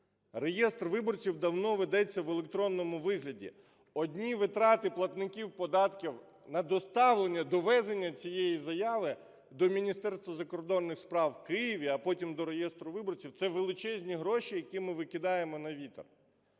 Реєстр виборців давно ведеться в електронному вигляді. Одні витрати платників податків на доставлення, довезення цієї заяви до Міністерства закордонних справ в Києві, а потім до реєстру виборців – це величезні гроші, які ми викидаємо на вітер.